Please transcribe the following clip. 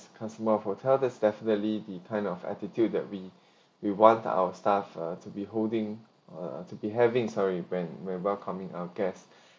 customer hotel that's definitely the kind of attitude that we we want our staff uh to be holding uh to be having sorry when when welcoming our guests